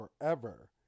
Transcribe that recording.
forever